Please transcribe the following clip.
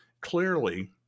clearly